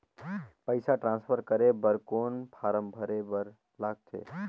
पईसा ट्रांसफर करे बर कौन फारम भरे बर लगथे?